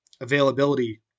availability